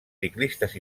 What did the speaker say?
ciclistes